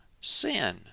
sin